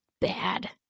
bad